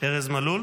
ארז מלול.